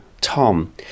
Tom